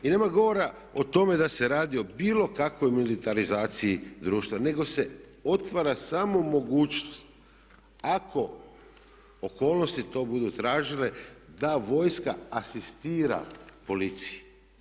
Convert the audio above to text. I nema govora o tome da se radi o bilo kakvoj militarizaciji društva nego se otvara samo mogućnost ako okolnosti to budu tražile da vojska asistira policiji.